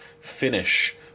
finish